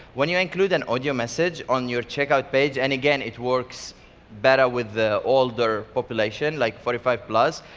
when you include an audio message on your checkout page, and again it works better with the older population, like forty five plus,